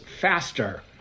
faster